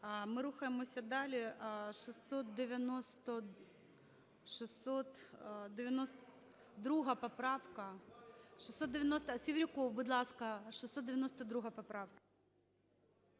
Ми рухаємося далі. 692 поправка. Севрюков, будь ласка, 692 поправка.